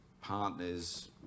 partners